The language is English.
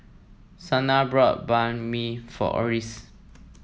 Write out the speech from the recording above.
Shana bought Banh Mi for Oris